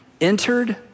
entered